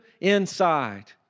inside